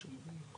לתת את הדבר הזה.